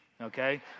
okay